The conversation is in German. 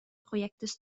projektes